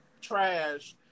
trash